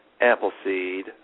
appleseed